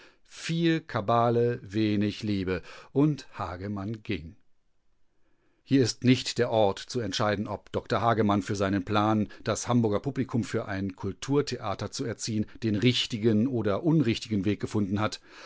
viel kabale wenig liebe und hagemann ging hier ist nicht der ort zu entscheiden ob dr hagemann für seinen plan das hamburger publikum für ein kulturtheater zu erziehen den richtigen oder unrichtigen weg gefunden hat